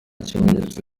kimenyetso